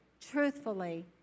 truthfully